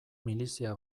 milizia